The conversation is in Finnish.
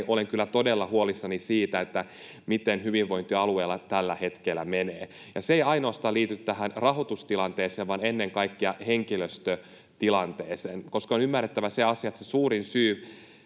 olen kyllä todella huolissani siitä, miten hyvinvointialueilla tällä hetkellä menee. Se ei ainoastaan liity tähän rahoitustilanteeseen vaan ennen kaikkea henkilöstötilanteeseen, koska on ymmärrettävä se asia, että se suurin syy,